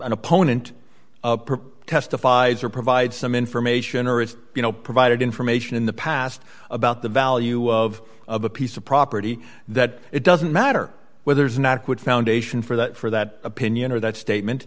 an opponent testifies or provide some information or it's you know provided information in the past about the value of of a piece of property that it doesn't matter where there's not good foundation for that for that opinion or that statement